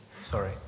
Sorry